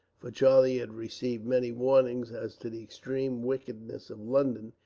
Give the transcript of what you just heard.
for charlie had received many warnings as to the extreme wickedness of london,